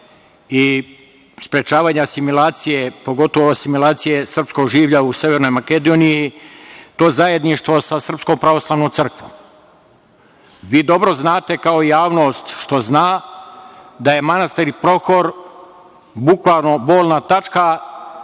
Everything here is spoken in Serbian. i sprečavanje asimilacije, pogotovo asimilacije srpskog življa u Severnoj Makedoniji, to zajedništvo sa SPC.Vi dobro znate, kao javnost što zna, da je manastir Prohor bukvalno bolna tačka